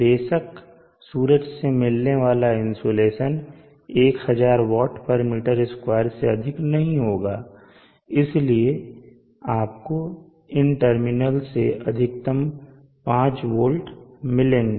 बेशक सूरज से मिलने वाला इंसुलेशन 1000 Wm2 से अधिक नहीं होगा इसलिए आपको इन टर्मिनलों से अधिकतम 5V मिलेंगे